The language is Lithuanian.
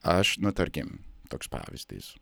aš na tarkim toks pavyzdys